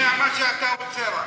מה שאתה רוצה רק.